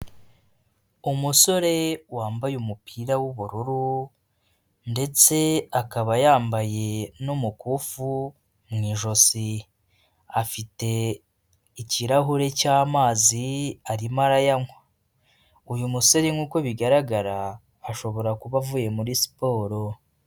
Umusore wambaye umupira w'ubururu ndetse akaba yambaye umukufu mu ijosi, afite ikirahure cy'amazi arimo arayanywa, uyu musore nkuko bigaragara ashobora kuba avuye muri siporo.